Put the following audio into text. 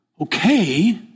Okay